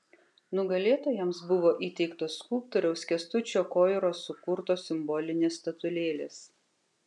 nugalėtojams buvo įteiktos skulptoriaus kęstučio koiros sukurtos simbolinės statulėlės